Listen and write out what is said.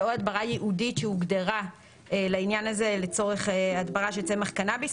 או הדברה ייעודית שהוגדרה לעניין הזה לצורך הדבר של צמח קנאביס,